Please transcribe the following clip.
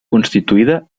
constituïda